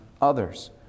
others